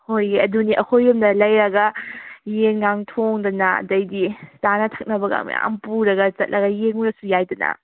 ꯍꯣꯏ ꯑꯗꯨꯅꯦ ꯑꯩꯈꯣꯏ ꯌꯨꯝꯗ ꯂꯩꯔꯒ ꯌꯦꯟꯒ ꯊꯣꯡꯗꯅ ꯑꯗꯨꯗꯩꯗꯤ ꯆꯥꯅ ꯊꯛꯅꯕꯒ ꯃꯌꯥꯝ ꯄꯨꯔꯒ ꯆꯠꯂꯒ ꯌꯦꯡꯉꯨꯔꯁꯨ ꯌꯥꯏꯗꯅ